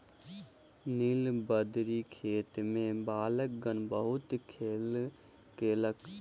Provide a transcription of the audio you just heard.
नीलबदरी के खेत में बालकगण बहुत खेल केलक